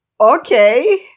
Okay